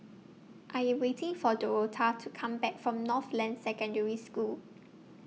I Am waiting For Dorotha to Come Back from Northland Secondary School